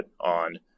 on